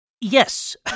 Yes